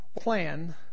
plan